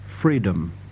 freedom